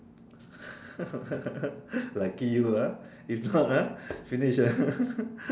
lucky you ah if not ah finish ah